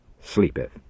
sleepeth